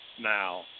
now